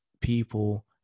people